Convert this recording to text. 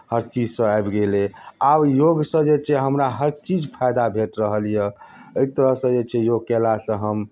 हर चीजसँ आबि गेलै आब योगसँ जे छै हमरा हर चीज फायदा भेट रहल यए एक तरहसँ जे छै योग कयलासँ हम